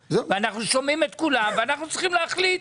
ואנחנו שומעים את כולם ואחר כך אנחנו צריכים להחליט.